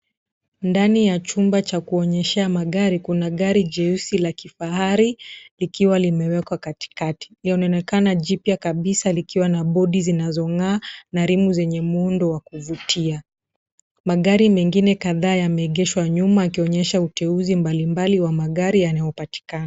Ndani ya chumba cha kuonyeshea magari, kuna gari jeusi la kifahari, likiwa limewekwa katikati, linaonekana jipya kabisa likiwa na bodi zinazong'aa na rimu zenye muundo wa kuvutia. Magari mengine kadhaa yameegeshwa nyuma yakionyesha uteuzi mbalimbali wa magari yanayopatikana.